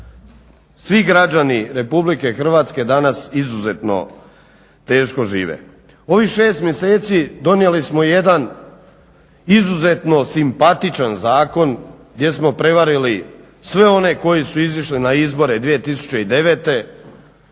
Svi Građani Republike Hrvatske danas izuzetno teško žive. U ovih 6 mjeseci donijeli smo jedan izuzetno simpatičan zakon jer smo prevarili sve one koji su izišli na izbore 2009.